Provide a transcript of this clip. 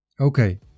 Okay